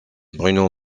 bruno